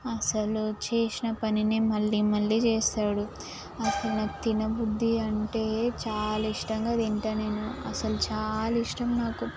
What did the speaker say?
అసలు చేసిన పనినే మళ్ళీ మళ్ళీ చేస్తాడు అసలు తినబుద్ధి అంటే చాలా ఇష్టంగా తింటాను నేను అసలు చాలా ఇష్టం నాకు